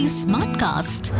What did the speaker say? smartcast